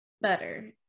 Better